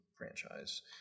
franchise